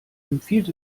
empfiehlt